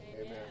Amen